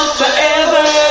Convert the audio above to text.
forever